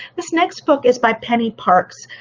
this next book is by penny parks.